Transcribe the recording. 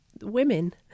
women